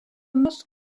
most